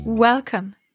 Welcome